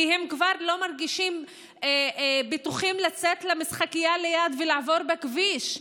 כי הם כבר לא מרגישים בטוחים לצאת למשחקייה ולעבור בכביש.